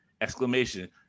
Exclamation